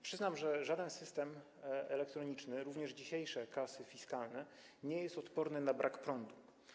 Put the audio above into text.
Przyznam, że żaden system elektroniczny, również dzisiejsze kasy fiskalne, nie jest odporny na brak prądu.